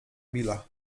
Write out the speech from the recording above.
billa